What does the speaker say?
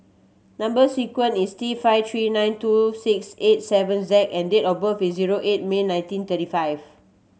number sequence is T five three nine two six eight seven Z and date of birth is zero eight May nineteen thirty five